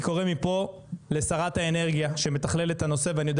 אני קורא מפה לשרת האנרגיה שמתכללת את הנושא ואני יודע